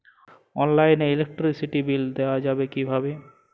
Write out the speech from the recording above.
অনলাইনে ইলেকট্রিসিটির বিল দেওয়া যাবে কিভাবে?